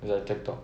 the TikTok